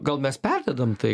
gal mes perdedam tai